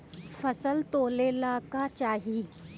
फसल तौले ला का चाही?